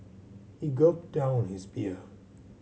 he gulped down his beer